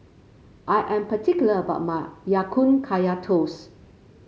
I am particular about my Ya Kun Kaya Toast